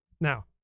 Now